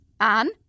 Anne